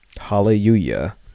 hallelujah